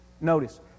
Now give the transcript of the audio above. Notice